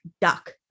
duck